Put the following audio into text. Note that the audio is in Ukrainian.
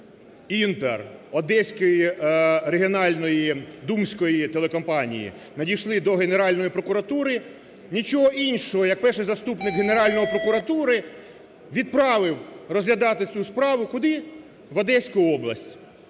"Інтер", Одеської регіональної думської телекомпанії, надійшли до Генеральної прокуратури, нічого іншого, як перший заступник Генеральної прокуратури відправив розглядати цю справу куди – в Одеську область.